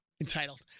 Entitled